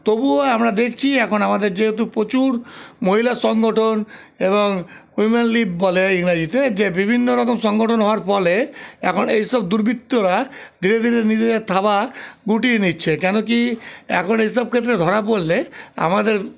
তবুও আমরা দেখছি এখন আমাদের যেহেতু প্রচুর মহিলা সংগঠন এবং উইমেন লিব বলে ইংরাজিতে যে বিভিন্ন রকম সংগঠন হওয়ার ফলে এখন এইসব দুর্বৃত্তরা ধীরে ধীরে নিজেদের থাবা গুটিয়ে নিচ্ছে কেন কী এখন এসব ক্ষেত্রে ধরা পড়লে আমাদের